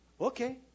okay